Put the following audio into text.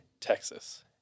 Texas